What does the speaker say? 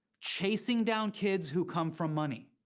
chasing down kids who come from money.